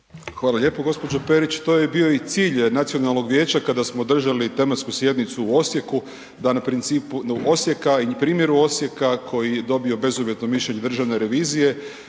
Hvala lijepo gđo. Perić. To je i bio i cilj nacionalnog vijeća kada smo držali tematsku sjednicu u Osijeku, da na principu Osijeka i primjeru Osijeka koji je dobio bezuvjetno mišljenje državne revizije